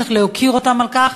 צריך להוקיר אותם על כך,